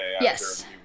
Yes